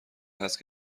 هست